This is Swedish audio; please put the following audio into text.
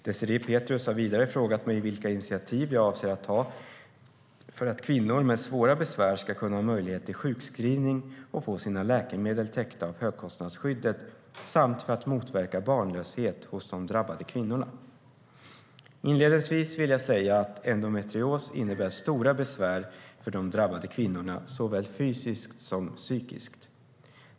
Désirée Pethrus har vidare frågat mig vilka initiativ jag avser att ta för att kvinnor med svåra besvär ska kunna ha möjlighet till sjukskrivning och få sina läkemedel täckta av högkostnadsskyddet samt för att motverka barnlöshet hos de drabbade kvinnorna. Inledningsvis vill jag säga att endometrios innebär stora besvär för de drabbade kvinnorna, såväl fysiskt som psykiskt.